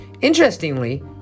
Interestingly